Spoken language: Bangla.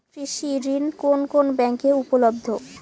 কৃষি ঋণ কোন কোন ব্যাংকে উপলব্ধ?